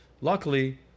luckily